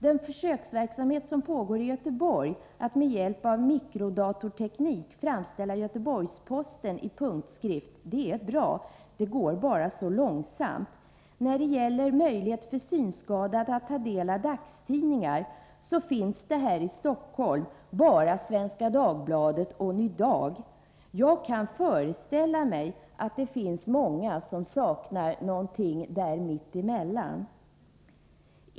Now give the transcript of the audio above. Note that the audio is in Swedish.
Den försöksverksamhet som pågår i Göteborg att med hjälp av mikrodatorteknik framställa Göteborgs-Posten i punktskrift är bra. Det går bara så långsamt. När det gäller möjligheter för synskadade att ta del av dagstidningar finns det här i Stockholm bara Svenska Dagbladet och Ny Dag. Jag kan föreställa mig att det finns många som saknar något däremellan.